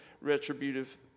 retributive